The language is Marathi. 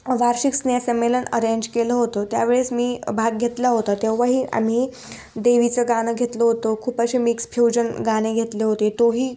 वार्षिक स्नेहसंमेलन अरेंज केलं होतो त्यावेळेस मी भाग घेतला होता तेव्हाही आम्ही देवीचं गाणं घेतलो होतो खूप असे मिक्स फ्युजन गाणे घेतले होते तोही